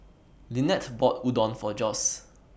Linette bought Udon For Josue